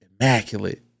Immaculate